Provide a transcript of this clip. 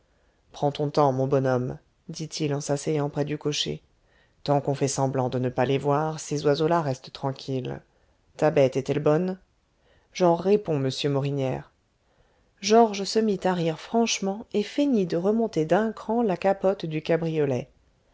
prends ton temps mon bonhomme dit-il en s'asseyant près du cocher tant qu'on fait semblant de ne pas les voir ces oiseaux là restent tranquilles ta bête est-elle bonne j'en réponds monsieur morinière georges se mit à rire franchement et feignit de remonter d'un cran la capote du cabriolet